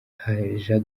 hose